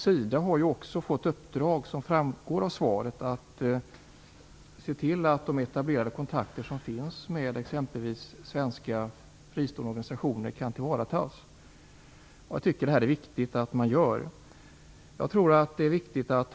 SIDA har också, som framgår av svaret, fått i uppdrag att se till att de etablerade kontakter som finns med exempelvis svenska fristående organisationer kan tillvaratas. Det är viktigt att det görs.